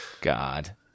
God